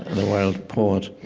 the world poet